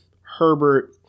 Herbert